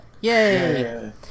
yay